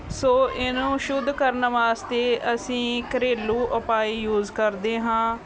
ਸੋ ਇਹਨੂੰ ਸ਼ੁੱਧ ਕਰਨ ਵਾਸਤੇ ਅਸੀਂ ਘਰੇਲੂ ਉਪਾਅ ਯੂਜ ਕਰਦੇ ਹਾਂ